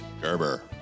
Gerber